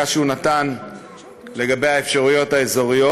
שהוא נתן לגבי האפשרויות האזוריות.